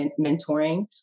mentoring